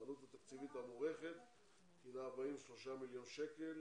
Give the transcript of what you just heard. העלות התקציבית המוערכת הינה 43 מיליון שקל,